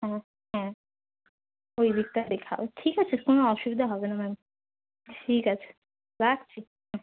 হ্যাঁ হ্যাঁ হ্যাঁ ওই দিকটা দেখাও ঠিক আছে কোনো অসুবিধা হবে না ম্যাম ঠিক আছে রাখছি হুম